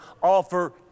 offer